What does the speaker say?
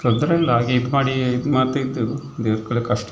ತೊಂದರೆ ಇಲ್ಲ ಹಾಗೆ ಇದು ಮಾಡಿ ಇದು ಮಾಡ್ತ ಇದ್ದೆವು ದೇವ್ರ ಕಷ್ಟ